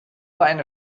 eine